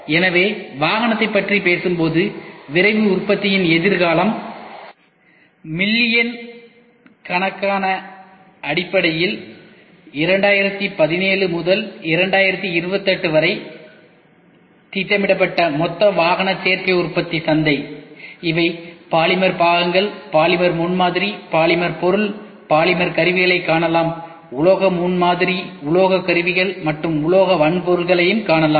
எனவே வாகனத்தைப் பற்றி பேசும்போது விரைவு உற்பத்தியின் எதிர்காலம் மில்லியன் கணக்கான அடிப்படையில் 2017 முதல் 2028 வரை திட்டமிடப்பட்ட மொத்த வாகன சேர்க்கை உற்பத்தி சந்தை இவை பாலிமர் பாகங்கள் பாலிமர் முன்மாதிரி பாலிமர் பொருள்பாலிமர் கருவிகளைக் காணலாம் உலோக முன்மாதிரி உலோக கருவிகள் மற்றும் உலோக வன்பொருள்களையும் காணலாம்